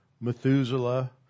Methuselah